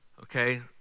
okay